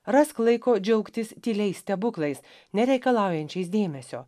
rask laiko džiaugtis tyliais stebuklais nereikalaujančiais dėmesio